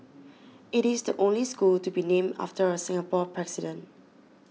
it is the only school to be named after a Singapore president